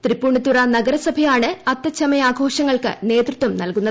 തൃപ്പൂണിത്തുറ നഗര സഭയാണ് അത്തച്ചമയാഘോഷങ്ങൾക്ക് നേതൃത്വം നൽകുന്നത്